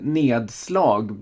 nedslag